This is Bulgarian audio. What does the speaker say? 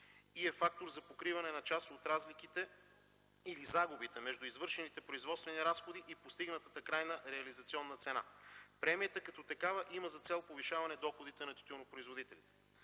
и е фактор за покриване на част от разликите или загубите между извършените производствени разходи и постигнатата крайна реализационна цена. Премията като такава има за цел повишаване доходите на тютюнопроизводителите.